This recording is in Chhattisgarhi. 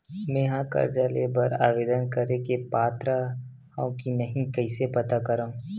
मेंहा कर्जा ले बर आवेदन करे के पात्र हव की नहीं कइसे पता करव?